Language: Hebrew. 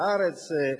לארץ,